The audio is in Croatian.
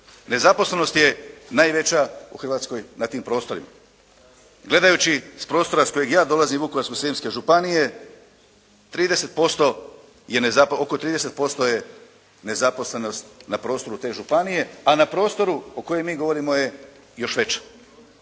Nezaposlenost je najveća u Hrvatskoj na tim prostorima. Gledajući s prostora s kojeg ja dolazim Vukovarsko-srijemske županije 30% je, oko 30% je nezaposlenost na prostoru te županije, a na prostoru o kojem mi govorimo je još veća.